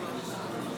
משה סולומון,